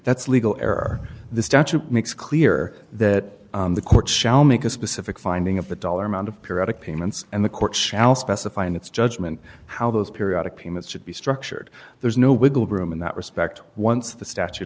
that's legal error the statute makes clear that the court shall make a specific finding of the dollar amount of periodic payments and the court shall specify in its judgment how those periodic payments should be structured there's no wiggle room in that respect once the statute